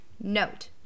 Note